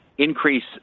increase